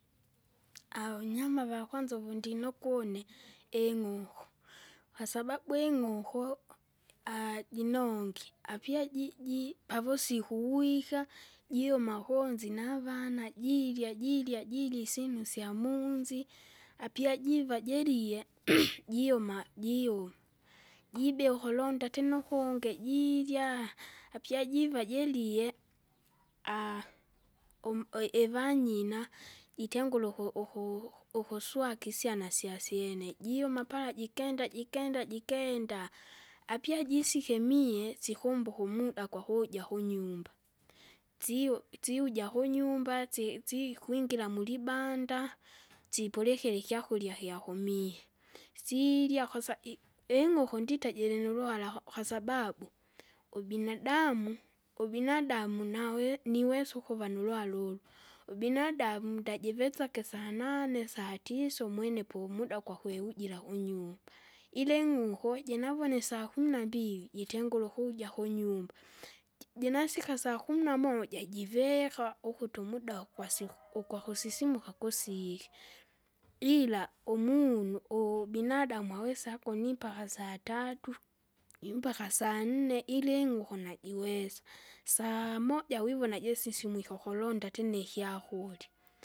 Aunyama vakwanza uvundinokwa une, ing'uku kwasababu ing'uku, jinongye, apia jiji pavusiku uwika, jiuma kunzi navana jirya jirya jirya isinu isyinu isyamuunzi. Apia jiva jerie, jiuma jiuwa. Jibea ukulonda tena ukungi jiirya, apia jiva jirie, um- ui- ivanyina, jitengura uku- uku- ukuswaki isyana syasyene jiuma pala jikenda jikenda jikenda. Apia jisikemie sikumbuka umuda gwakuuja kunyumba. Sio siuja kunyumba si- sikwingira mulibanda, sipulikira ikyakurya kyakumie. Siirya kosa i- ing'uku ndita jirinuluhara kwa- kwasababu, ubinadamu, ubinadamu nawe niwesa ukuva nulwala ul, ubinadamu ndajivesake sanane satisa umwene po umuda kwakwewujira kunyumba, ila ing'uku jinavone sakumi nambili, jitengura ukuja kunyumba. Ji- jinasika sakumi namoja jiveka, ukuti umuda ukwasiku, ukwasisimuka kusige, ila umunu u- binadamu awesako nimpaka satatu, iumpaka sanne ili ing'uku najiweza, saa moja wivona jisi isimwike ukulonda ati nikyakurya.